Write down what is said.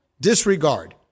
disregard